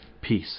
Peace